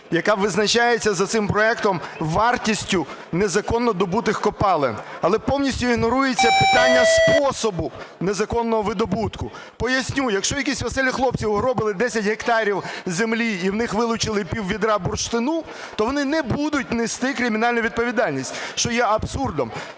яка визначається за цим проектом вартістю незаконно добутих копалин. Але повністю ігнорується питання способу незаконного видобутку. Поясню. Якщо якісь веселі хлопці угробили 10 гектарів землі і у них вилучили піввідра бурштину, то вони не будуть нести кримінальну відповідальність, що є абсурдом.